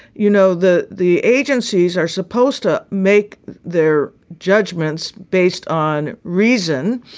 you know, the the agencies are supposed to make their judgments based on reason